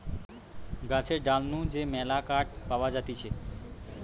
গাছের ডাল নু যে মেলা কাঠ পাওয়া যাতিছে